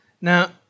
Now